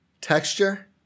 texture